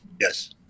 Yes